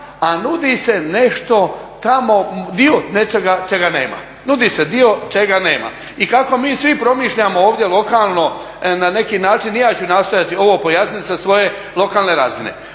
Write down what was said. dio nečega čega nema. Nudi se dio čega nema. I kako mi svi promišljamo ovdje lokalno na neki način, i ja ću nastojati ovo pojasniti sa svoje lokalne razine.